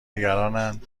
نگرانند